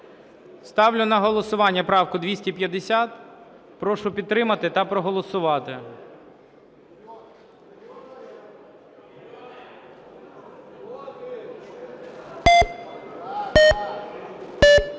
Ставлю на голосування правку 250. Прошу підтримати та проголосувати.